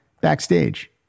backstage